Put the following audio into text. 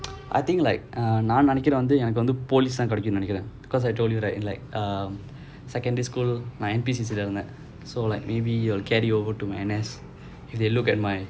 I think like நான் நெனைக்கிறேன் எனக்கு:naan nenaikkiraen ennakku police தான் கிடைக்கும் நெனைக்கிறேன்:thaan kidaikkum nenaikkiraen because I told you right like err secondary school my N_P_C_C that [one] right so like maybe will carry over to my N_S if they look at my